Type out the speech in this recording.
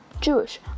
jewish